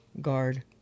guard